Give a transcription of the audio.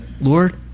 lord